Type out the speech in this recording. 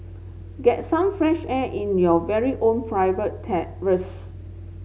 get some fresh air in your very own private terrace